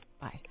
Bye